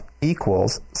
equals